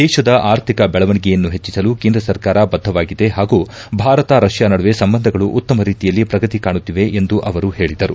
ದೇಶದ ಆರ್ಥಿಕ ಬೆಳವಣಿಗೆಯನ್ನು ಹೆಚ್ಚಿಸಲು ಕೇಂದ್ರ ಸರ್ಕಾರ ಬದ್ದವಾಗಿದೆ ಹಾಗೂ ಭಾರತ ರಷ್ಯಾ ನಡುವೆ ಸಂಬಂಧಗಳು ಉತ್ತಮ ರೀತಿಯಲ್ಲಿ ಪ್ರಗತಿ ಕಾಣುತ್ತಿವೆ ಎಂದು ಅವರು ಹೇಳಿದರು